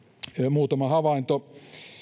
muutama havainto